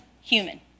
human